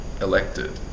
elected